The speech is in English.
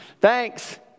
Thanks